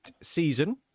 season